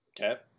okay